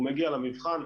הוא מגיע למבחן,